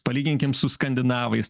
palyginkim su skandinavais